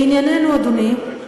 לענייננו, אדוני.